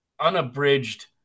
unabridged